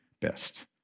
best